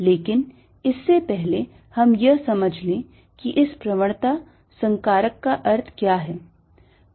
लेकिन इससे पहले हम यह समझ लें कि इस प्रवणता संकारक का अर्थ क्या है